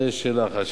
זה שאלה אחת.